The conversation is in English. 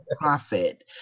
profit